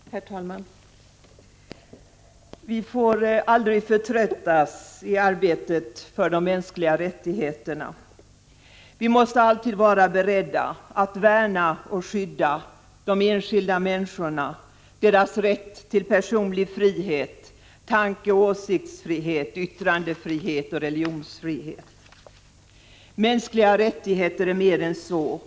Herr talman! Vi får aldrig förtröttas i arbetet för de mänskliga rättigheterna. Vi måste alltid vara beredda att värna de enskilda människorna och deras rätt till personlig frihet, tankeoch åsiktsfrihet, yttrandefrihet och religionsfrihet. Mänskliga rättigheter är emellertid mer än så.